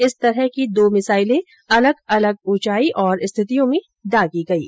इस तरह की दो मिसाइलें अलग अलग ऊंचाई और स्थितियों में दागी गईं